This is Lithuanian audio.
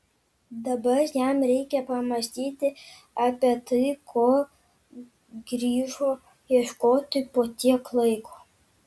dabar jam reikia pamąstyti apie tai ko grįžo ieškoti po tiek laiko